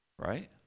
Right